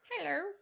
Hello